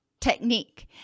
technique